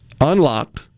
Unlocked